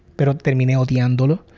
but termine odiandolo.